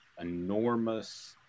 enormous